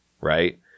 right